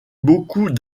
beaucoup